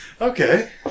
Okay